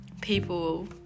people